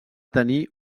tenir